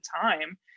time